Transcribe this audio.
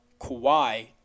Kawhi